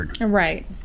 Right